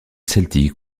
celtique